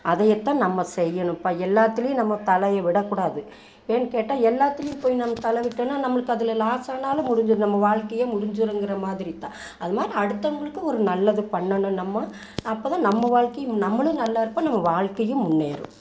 அதையேத்தான் நம்ம செய்யணும்பா எல்லாத்துலியும் நம்ம தலையை விடக்கூடாது ஏன்னு கேட்டால் எல்லாத்துலியும் போய் நம் தல விட்டோம்னா நம்மளுக்கு அதில் லாஸ் ஆனாலும் முடிஞ்சிடும் நம்ம வாழ்க்கையே முடிஞ்சிருங்கிற மாதிரி தான் அது மாரி அடுத்தவங்களுக்கும் ஒரு நல்லது பண்ணணும் நம்ம அப்போ தான் நம்ம வாழ்க்கையும் நம்மளும் நல்லா இருப்போம் நம்ம வாழ்க்கையும் முன்னேறும்